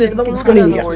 little funny and